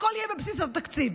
הכול יהיה בבסיס התקציב.